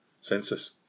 census